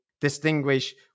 distinguish